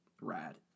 rad